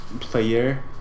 player